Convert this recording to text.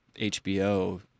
HBO